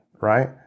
right